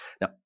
Now